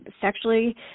sexually